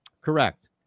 Correct